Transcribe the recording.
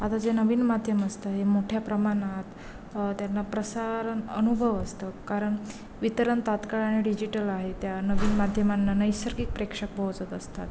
आता जे नवीन माध्यम असतं हे मोठ्या प्रमाणात त्यांना प्रसारण अनुभव असतं कारण वितरण तात्काळ आणि डिजिटल आहे त्या नवीन माध्यमांना नैसर्गिक प्रेक्षक पोहोचत असतात